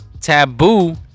Taboo